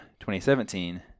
2017